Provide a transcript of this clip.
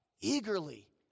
eagerly